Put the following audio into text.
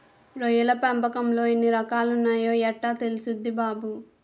రొయ్యల పెంపకంలో ఎన్ని రకాలున్నాయో యెట్టా తెల్సుద్ది బాబూ?